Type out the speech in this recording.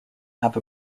have